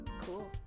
Cool